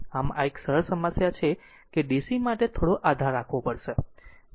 આમ આ એક સરળ સમસ્યા છે કે DC માટે થોડો આધાર રાખવો પડશે